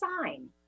sign